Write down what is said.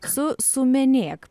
su sumenėk